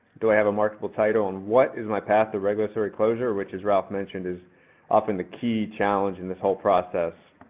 do i have a marketable title? and what is my path to regulatory closure, which has ralph mentioned, is often the key challenge in this whole process.